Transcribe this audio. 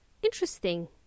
Interesting